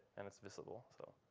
and it's visible. so